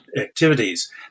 activities